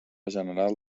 general